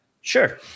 Sure